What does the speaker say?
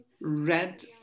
RED